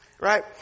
Right